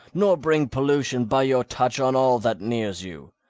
nor bring pollution by your touch on all that nears you.